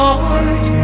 Lord